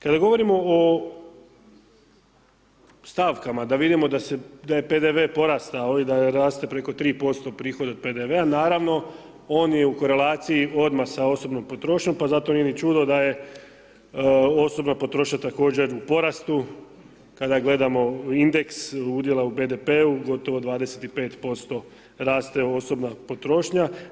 Kada govorimo o stavkama da vidimo da je PDV porastao i raste preko 3% prihoda od PDV-a on je u korelaciji odmah sa osobnom potrošnjom, pa zato nije ni čudno da je osobna potrošnja također u porastu, kada gledamo indeks udjela u BDP-u, gotovo 25 raste osobna potrošnja.